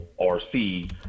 RC